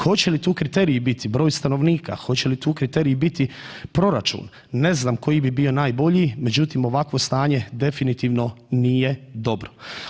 Hoće li tu kriteriji biti broj stanovnika, hoće li tu kriteriji biti proračun, ne znam koji bi bio najbolji, međutim ovakvo stanje definitivno nije dobro.